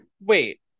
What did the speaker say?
Wait